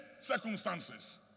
circumstances